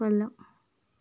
കൊല്ലം